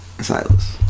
Silas